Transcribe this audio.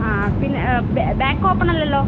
ആ ആ പിന്നെ ബാക്ക് ഓപ്പൺ അല്ലല്ലോ